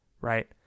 Right